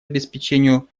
обеспечению